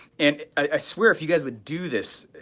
and i swear, if you guys would do this,